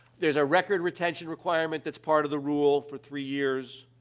there's a record retention requirement that's part of the rule for three years.